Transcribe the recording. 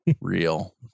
real